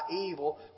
evil